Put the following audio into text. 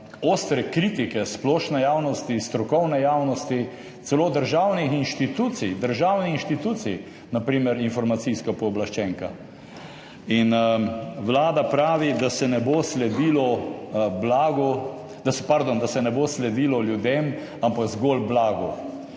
ostre kritike splošne javnosti, strokovne javnosti, celo državnih institucij, državnih institucij, na primer informacijske pooblaščenke. Vlada pravi, da se ne bo sledilo ljudem, ampak zgolj blagu.